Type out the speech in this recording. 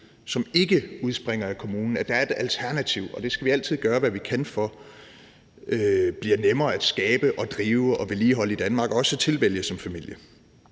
som ikke udspringer af kommunen, altså at der er et alternativ, og det skal vi altid gøre, hvad vi kan for bliver nemmere at skabe og drive og vedligeholde i Danmark og også tilvælge som familie.